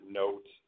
note